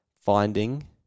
finding